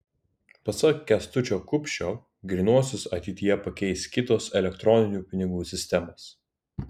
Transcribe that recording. pasak kęstučio kupšio grynuosius ateityje pakeis kitos elektroninių pinigų sistemos